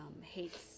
hates